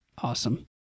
Awesome